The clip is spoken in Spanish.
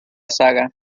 saga